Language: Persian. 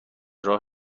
راه